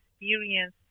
experience